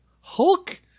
Hulk